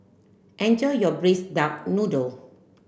enjoy your braised duck noodle